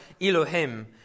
Elohim